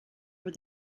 were